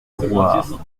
drouhard